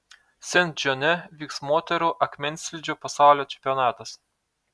sent džone vyks moterų akmenslydžio pasaulio čempionatas